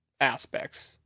aspects